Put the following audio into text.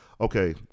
Okay